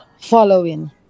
following